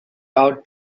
out